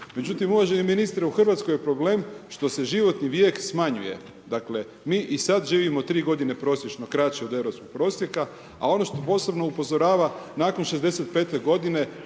međutim uvaženi ministre u Hrvatskoj je problem što se životni vijek smanjuje. Dakle mi i sad živimo 3 godine prosječno kraćeno od europskog prosjeka, a ono što posebno upozorava, nakon 65. godine